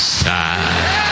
side